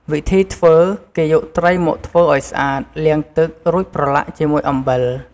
វិធីធ្វើ គេយកត្រីមកធ្វើឱ្យស្អាត លាងទឹក រួចប្រឡាក់ជាមួយអំបិល។